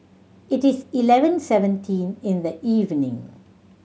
it is eleven seventeen in the evening